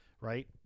right